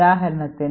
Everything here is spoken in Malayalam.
ഉദാഹരണത്തിന്